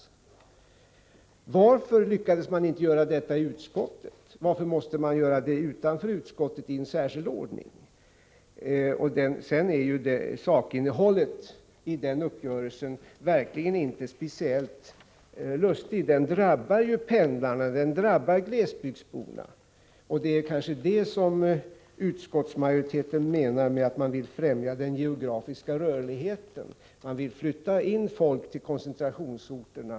Varför lyckades man inte göra detta i utskottet? Varför måste man göra det utanför utskottet i särskild ordning? Sakinnehållet i den uppgörelsen är verkligen inte heller speciellt lustigt. Den drabbar pendlarna och glesbygdsborna hårt. Det är kanske det som utskottsmajoriteten menar med att man vill främja den geografiska rörligheten — man vill flytta in folk till koncentrationsorterna.